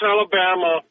Alabama